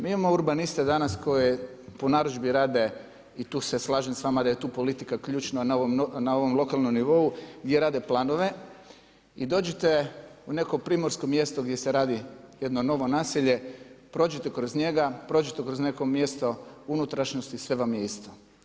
Mi imamo urbaniste danas koji po narudžbi rade i tu se slažem s vama da je tu politika ključna na ovom lokalnom nivou gdje rade planove i dođete u neko primorsko mjesto gdje se radi jedno novo naselje, prođete kroz njega, prođete kroz neko mjesto u unutrašnjosti, sve vam je isto.